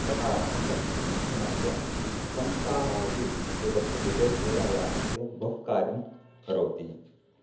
प्रकाराः सन्ति पुनश्च संस्थाः अपि एतस्य कृते क्रीडायाः कृते बहु कार्यं करोति